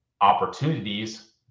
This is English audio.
opportunities